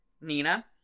Nina